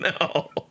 No